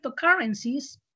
cryptocurrencies